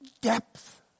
depth